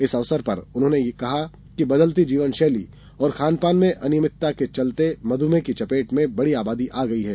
इस अवसर पर उन्होने कहा कि बदलती जीवन शैली और खान पान में अनियमितता के चलते मधुमेह के चपेट में बड़ी आबादी आ गई है